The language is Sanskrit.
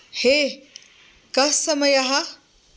हे कः समयः